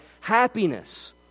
happiness